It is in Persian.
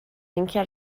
اینکه